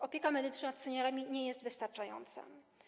Opieka medyczna nad seniorami nie jest wystarczająca.